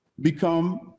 become